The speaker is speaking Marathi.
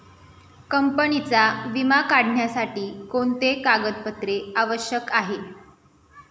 कंपनीचा विमा काढण्यासाठी कोणते कागदपत्रे आवश्यक आहे?